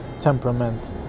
temperament